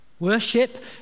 Worship